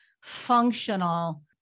functional